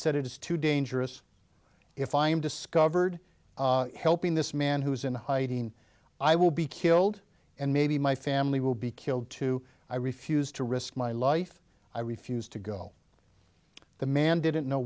said it is too dangerous if i am discovered helping this man who is in hiding i will be killed and maybe my family will be killed too i refuse to risk my life i refuse to go the man didn't know